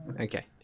okay